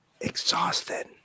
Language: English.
exhausted